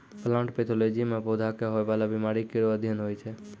plant pathology म पौधा क होय वाला बीमारी केरो अध्ययन होय छै